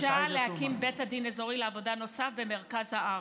בבקשה להקים בית דין אזורי לעבודה נוסף במרכז הארץ,